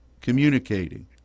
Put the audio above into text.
communicating